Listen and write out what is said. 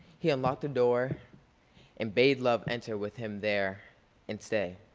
he unlocked the door and bade love enter with him there and stay.